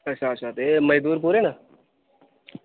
अच्छा अच्छा ते मजदूर पूरे न